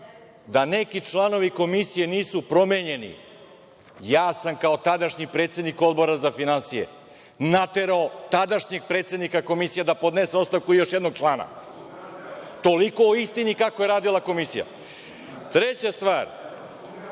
da neki članovi Komisije nisu promenjeni. Ja sam kao tadašnji predsednik Odbora za finansije naterao tadašnjeg predsednika Komisije da podnese ostavku i još jednog člana. Toliko o istini kako je radila Komisija. Treća stvar,